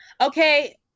okay